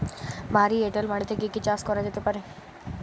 ভারী এঁটেল মাটিতে কি কি চাষ করা যেতে পারে?